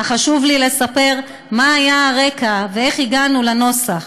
אך חשוב לי לספר מה היה הרקע ואיך הגענו לנוסח,